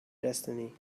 destiny